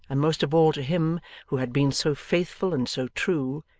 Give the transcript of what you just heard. and most of all to him who had been so faithful and so true,